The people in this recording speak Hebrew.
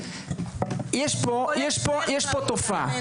יש פה תופעה,